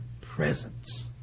presence